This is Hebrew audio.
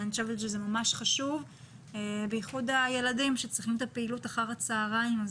אני חושבת שזה ממש חשוב במיוחד לילדים שצריכים את הפעילות אחר הצהריים,